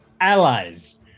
allies